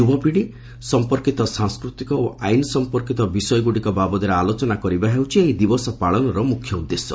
ଯୁବପିତ୍ତି ସମ୍ପର୍କୀତ ସାଂସ୍କୃତି ଓ ଆଇନ୍ ସମ୍ୟନ୍ଧୀୟ ବିଷୟଗୁଡ଼ିକ ବାବଦରେ ଆଲୋଚନା କରିବା ହେଉଛି ଏହି ଦିବସ ପାଳନର ମୁଖ୍ୟ ଉଦ୍ଦେଶ୍ୟ